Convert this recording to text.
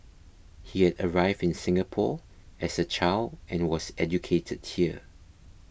he had arrived in Singapore as a child and was educated here